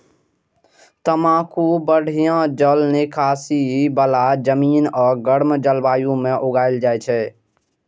तंबाकू बढ़िया जल निकासी बला जमीन आ गर्म जलवायु मे उगायल जाइ छै